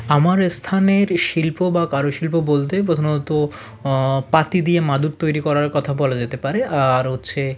আমার এস্থানের শিল্প বা কারুশিল্প বলতে প্রধানত পাতি দিয়ে মাদুর তৈরি করার কথা বলা যেতে পারে আর হচ্ছে